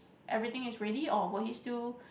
everything is ready or will he still